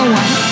one